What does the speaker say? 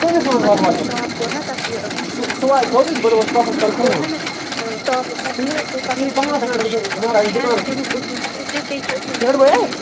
پتہٕ یتھُے مےٚ ٹاپ کوٚر نَہ تَتھ یہِ ٲں کوٚر نَہ مےٚ ٲں ٹاپ اوس تَتھ اصٕل خیر تہٕ تمیٛک اوس وۄنۍ سَہلٕے